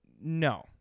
no